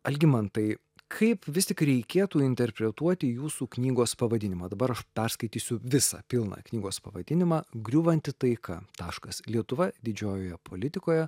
algimantai kaip vis tik reikėtų interpretuoti jūsų knygos pavadinimą dabar aš perskaitysiu visą pilną knygos pavadinimą griūvanti taika taškas lietuva didžiojoje politikoje